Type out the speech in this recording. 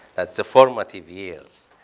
that's the formative years.